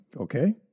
Okay